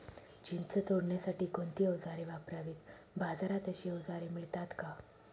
चिंच तोडण्यासाठी कोणती औजारे वापरावीत? बाजारात अशी औजारे मिळतात का?